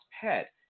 pet